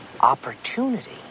Opportunity